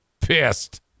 pissed